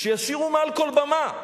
שישירו מעל כל במה,